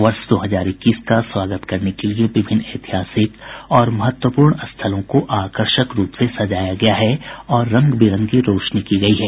वर्ष दो हजार इक्कीस का स्वागत करने के लिए विभिन्न ऐतिहासिक और महत्वपूर्ण स्थलों को आकर्षक रूप से सजाया गया है और रंगबिरंगी रोशनी की गई है